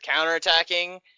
counterattacking